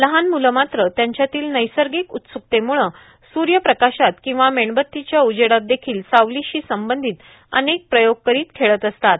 लहान मुलं मात्र त्यांच्यातील नैसर्गिक उत्स्कतेम्ळ स्यप्रकाशात किंवा मेणबत्तीच्या उजेडात देखील सावलीशी संबंधीत अनेक प्रयोग करीत खेळत असतात